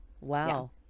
Wow